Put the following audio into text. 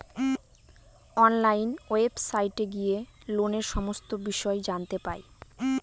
online ওয়েবসাইটে গিয়ে লোনের সমস্ত বিষয় জানতে পাই